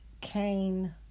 Cain